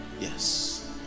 Yes